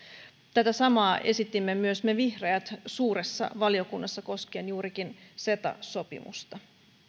tätä samaa esitimme myös me vihreät suuressa valiokunnassa koskien juurikin ceta sopimusta